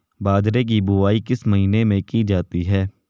बाजरे की बुवाई किस महीने में की जाती है?